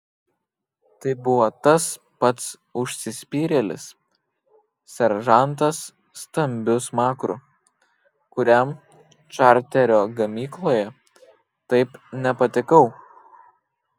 tai buvo tas pats užsispyrėlis seržantas stambiu smakru kuriam čarterio gamykloje taip nepatikau